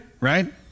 right